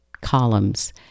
columns